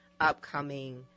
upcoming